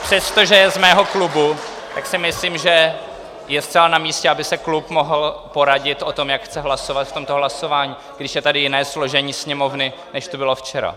Přestože je z mého klubu, tak si myslím, že je zcela namístě, aby se klub mohl poradit o tom, jak chce hlasovat v tomto hlasování, když je tady jiné složení Sněmovny, než tu bylo včera.